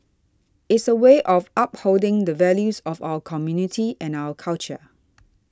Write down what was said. is a way of upholding the values of our community and our culture